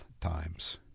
times